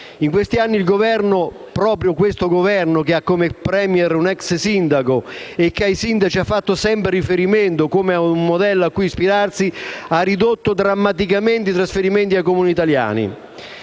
ultimi anni il Governo - proprio questo Governo che ha come *Premier* un ex sindaco e che ai sindaci ha fatto sempre riferimento come modello a cui ispirarsi - ha ridotto drammaticamente i trasferimenti ai Comuni italiani.